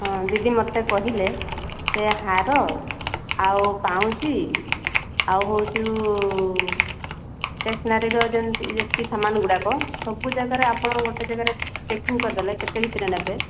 ହଁ ଦିଦି ମୋତେ କହିଲେ ସେ ହାର ଆଉ ପାଉଁଜି ଆଉ ହେଉଛି ଷ୍ଟେସନାରୀର ଯେମତି ଯେତିକି ସାମାନଗୁଡ଼ାକ ସବୁ ଜାଗାରେ ଆପଣ ଗୋଟେ ଜାଗାରେ ପ୍ୟାକିଙ୍ଗ୍ କରିଦେଲେ କେତେ ଭିତରେ ନେବେ